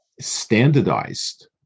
standardized